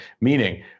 Meaning